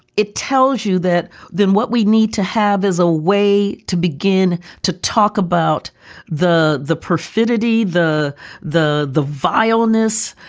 it tells you that then what we need to have is a way to begin to talk about the the perfidy, the the the vileness,